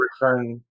return